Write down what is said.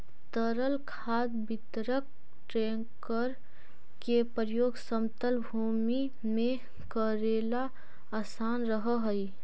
तरल खाद वितरक टेंकर के प्रयोग समतल भूमि में कऽरेला असान रहऽ हई